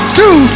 two